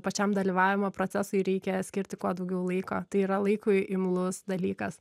pačiam dalyvavimo procesui reikia skirti kuo daugiau laiko tai yra laikui imlus dalykas